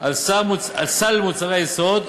על סל מוצרי היסוד,